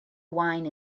wine